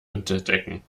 entdecken